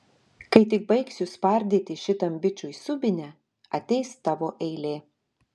kai tik baigsiu spardyti šitam bičui subinę ateis tavo eilė